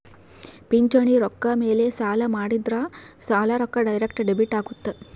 ಪಿಂಚಣಿ ರೊಕ್ಕ ಮೇಲೆ ಸಾಲ ಮಾಡಿದ್ರಾ ಸಾಲದ ರೊಕ್ಕ ಡೈರೆಕ್ಟ್ ಡೆಬಿಟ್ ಅಗುತ್ತ